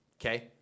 Okay